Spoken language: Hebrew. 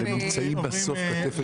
כדאי להגיד לפרוטוקול שההצבעה הייתה גם וגם.